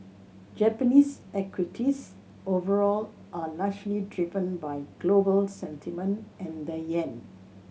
Japanese equities overall are largely driven by global sentiment and the yen